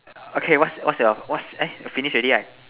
okay what's what's your what's eh finish already right